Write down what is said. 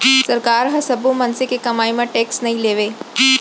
सरकार ह सब्बो मनसे के कमई म टेक्स नइ लेवय